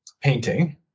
painting